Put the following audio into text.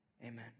Amen